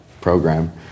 program